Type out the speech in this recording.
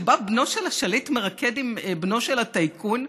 שבה בנו של השליט מרקד עם בנו של הטייקון,